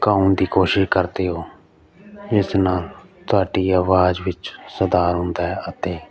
ਗਾਉਣ ਦੀ ਕੋਸ਼ਿਸ਼ ਕਰਦੇ ਹੋ ਇਸ ਨਾਲ ਤੁਹਾਡੀ ਆਵਾਜ਼ ਵਿੱਚ ਸੁਧਾਰ ਹੁੰਦਾ ਹੈ ਅਤੇ